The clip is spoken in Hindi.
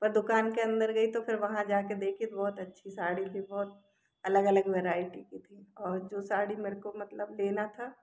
पर दुकान के अंदर गई तो फिर वहाँ जा के देखी तो बहुत अच्छी साड़ी थी बहुत अलग अलग वेराइटी की थी और जो साड़ी मेरे को मतलब लेना था